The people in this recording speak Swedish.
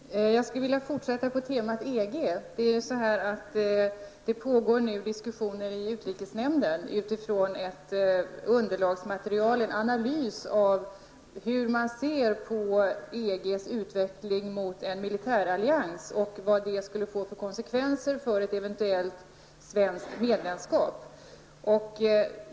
Herr talman! Jag skulle vilja fortsätta på temat EG. Det pågår ju diskussioner i utrikesnämnden utifrån ett analysmaterial -- en analys av hur man ser på EGs utveckling mot en militärallians. Vidare gäller det vilka konsekvenser det skulle få för ett eventuellt svenskt medlemskap.